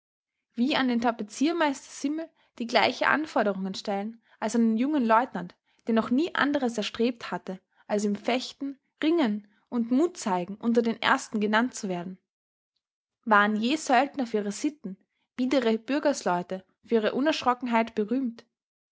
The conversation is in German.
wie an den tapezierermeister simmel die gleichen anforderungen stellen als an den jungen leutnant der noch nie anderes erstrebt hatte als im fechten ringen und mut zeigen unter den ersten genannt zu werden waren je söldner für ihre sitten biedere bürgersleute für ihre unerschrockenheit berühmt